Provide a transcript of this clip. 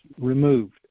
removed